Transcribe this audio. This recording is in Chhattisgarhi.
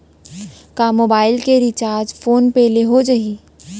का मोबाइल के रिचार्ज फोन पे ले हो जाही?